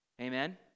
Amen